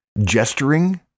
gesturing